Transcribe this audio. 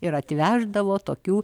ir atveždavo tokių